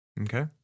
Okay